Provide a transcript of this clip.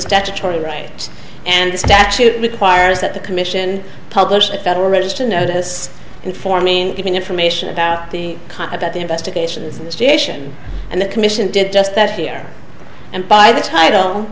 statutory right and the statute requires that the commission publish the federal register notice informing giving information about the con about the investigation the station and the commission did just that here and by the title